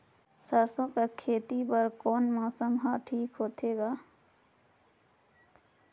सरसो कर खेती बर कोन मौसम हर ठीक होथे ग?